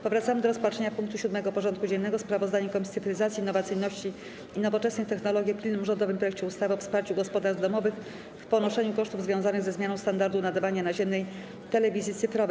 Powracamy do rozpatrzenia punktu 7. porządku dziennego: Sprawozdanie Komisji Cyfryzacji, Innowacji i Nowoczesnych Technologii o pilnym rządowym projekcie ustawy o wsparciu gospodarstw domowych w ponoszeniu kosztów związanych ze zmianą standardu nadawania naziemnej telewizji cyfrowej.